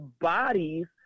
bodies